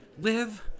Live